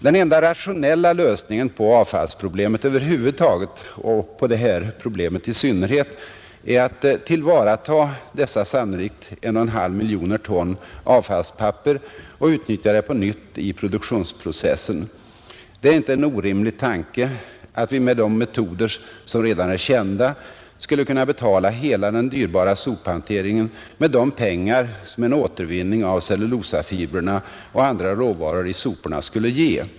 Den enda rationella lösningen på avfallsproblemet över huvud taget och på det här problemet i synnerhet är att ta till vara dessa sannolikt 1,5 miljoner ton avfallspapper och utnyttja det på nytt i produktionsprocessen, Det är inte en orimlig tanke att vi med de metoder som redan är kända skulle kunna betala hela den dyrbara sophanteringen med de pengar som en återvinning av cellulosafibrerna och andra råvaror i soporna skulle ge.